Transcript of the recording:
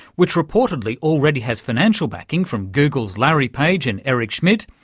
which reportedly already has financial backing from google's larry page and eric schmidt,